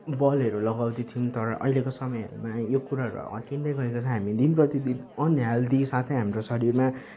बलहरू लगाउँदै थियौँ तर अहिलेको समयहरूमा यो कुराहरू हटिँदैगएको छ हामी दिन प्रतिदिन अन्हेल्दी साथै हाम्रो शरीरमा